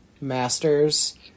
masters